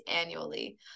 annually